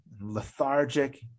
lethargic